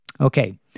Okay